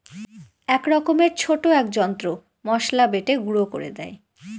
এক রকমের ছোট এক যন্ত্র মসলা বেটে গুঁড়ো করে দেয়